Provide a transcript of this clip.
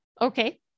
Okay